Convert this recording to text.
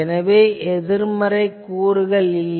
எனவே எதிர்மறை கூறுகள் இல்லை